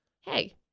Hey